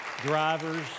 drivers